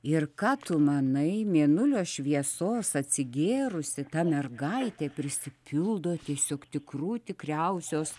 ir ką tu manai mėnulio šviesos atsigėrusi ta mergaitė prisipildo tiesiog tikrų tikriausios